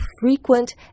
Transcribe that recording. frequent